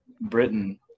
Britain